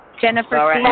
Jennifer